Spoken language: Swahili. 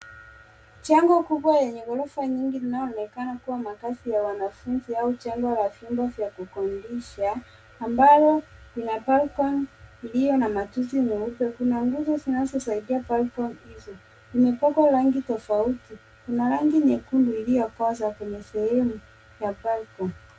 Jengo kubwa yenye ghorofa nyingi inayoonekana kuwa makazi ya wanafunzi au jengo la vyumba vya kukodisha, ambayo ina balcony iliyo na matusi meupe .Kuna nguzo zinazosaidia balcony hizo. Imepakwa rangi tofauti. Kuna rangi nyekundu iliyokoza kwenye sehemu ya balcony .